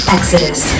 Exodus